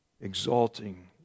exalting